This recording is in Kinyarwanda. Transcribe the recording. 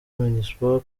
minispoc